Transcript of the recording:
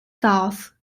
south